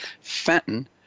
Fenton